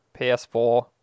PS4